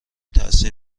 تاثیر